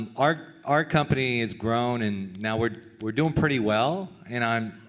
um our our company has grown and now we're we're doing pretty well and i'm.